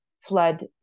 flood